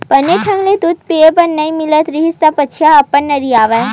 बने ढंग ले दूद पिए ल नइ मिलत रिहिस त बछिया ह अब्बड़ नरियावय